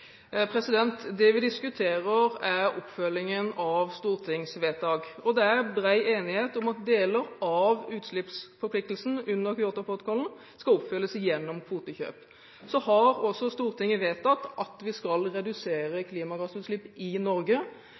Det vi diskuterer, er oppfølgingen av stortingsvedtak. Det er brei enighet om at deler av utslippsforpliktelsen under Kyotoprotokollen skal oppfylles gjennom kvotekjøp. Stortinget har også vedtatt at vi skal redusere klimagassutslippene i Norge.